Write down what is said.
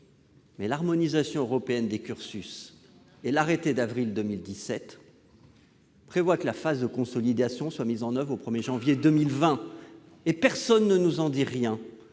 mais l'harmonisation européenne des cursus et l'arrêté d'avril 2017 prévoient que la phase de consolidation soit mise en oeuvre au 1 janvier 2020. Or personne ne nous en dit rien